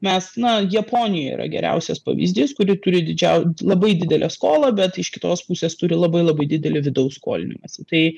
mes na japonija yra geriausias pavyzdys kuri turi didžiau labai didelę skolą bet iš kitos pusės turi labai labai didelį vidaus skolinimąsi tai